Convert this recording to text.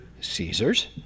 Caesar's